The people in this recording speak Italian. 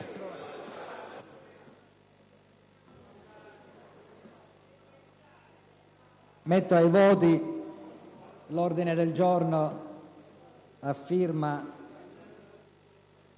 Metto ai voti l'ordine del giorno G100,